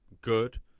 good